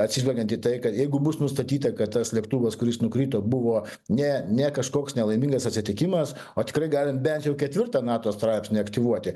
atsižvelgiant į tai kad jeigu bus nustatyta kad tas lėktuvas kuris nukrito buvo ne ne kažkoks nelaimingas atsitikimas o tikrai galim bent jau ketvirtą nato straipsnį aktyvuoti